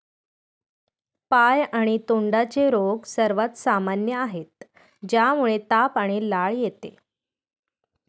पाय आणि तोंडाचे रोग सर्वात सामान्य आहेत, ज्यामुळे ताप आणि लाळ येते